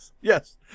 yes